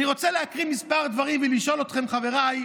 אני רוצה להקריא כמה דברים ולשאול אתכם, חבריי: